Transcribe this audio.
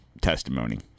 testimony